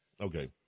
Okay